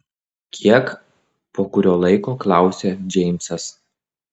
kiek po kurio laiko klausia džeimsas